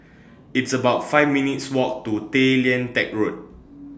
It's about five minutes' Walk to Tay Lian Teck Road